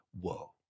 Whoa